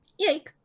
Yikes